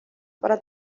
para